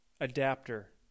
adapter